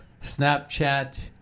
Snapchat